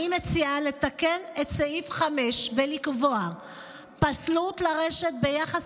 אני מציעה לתקן את סעיף 5 ולקבוע פסלות לרשת ביחס